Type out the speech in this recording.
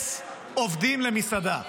לגייס עובדים למסעדה.